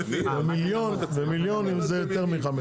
מיליון זה יותר מחמש.